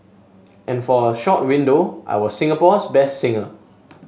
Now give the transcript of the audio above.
and for a short window I was Singapore's best singer